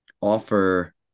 offer